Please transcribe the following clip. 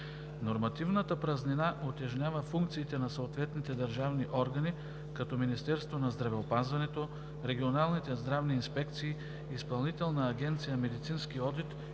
Нормативната празнина утежнява функциите на съответните държавни органи, като: Министерството на здравеопазването, регионалните здравни инспекции, Изпълнителната агенция „Медицински одит“